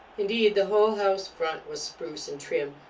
indeed the whole house-front was spruce and trim,